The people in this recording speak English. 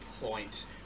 point